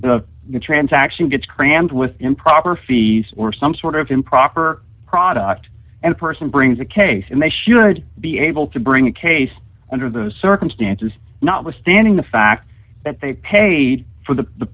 the transaction gets crammed with improper fees or some sort of improper product and person brings a case and they should be able to bring a case under the circumstances notwithstanding the fact that they paid for the